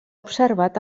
observat